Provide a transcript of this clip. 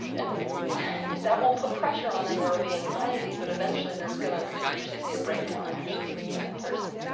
and and that will put pressure on them, and there will be anxiety but eventually, there's gonna, you usually see a breakdown actually. in that person.